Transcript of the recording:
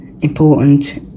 important